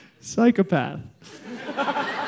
Psychopath